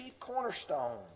cornerstone